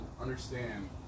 understand